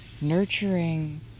Nurturing